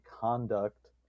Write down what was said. conduct